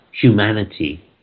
humanity